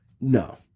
No